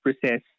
process